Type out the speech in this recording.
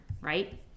right